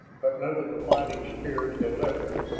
but none of the fighting spirit had left her.